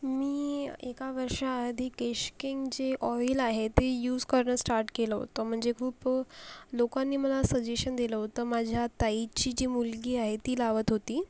मी एका वर्षाआधी केश किंग जे ऑईल आहे ते यूज करणं स्टार्ट केलं होतं म्हणजे खूप लोकांनी मला सजेशन दिलं होतं माझ्या ताईची जी मुलगी आहे ती लावत होती